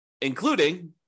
including